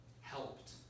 helped